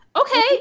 okay